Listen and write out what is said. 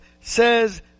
says